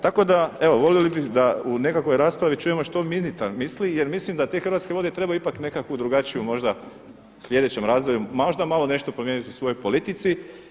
Tako da evo volili bi da u nekakvoj raspravi čujemo što ministar misli jer mislim da te Hrvatske vode trebaju ipak nekakvu drugačiju možda u slijedećem razdoblju možda malo nešto promijeniti u svojoj politici.